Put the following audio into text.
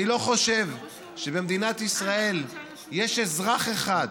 אני לא חושב שבמדינת ישראל יש אזרח אחד,